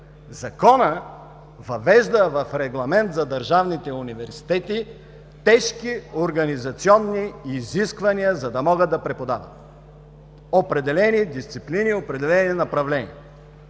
Законът въвежда в регламент за държавните университети тежки организационни изисквания, за да могат да преподават определени дисциплини, определени направления.